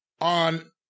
on